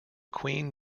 queen